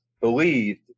believed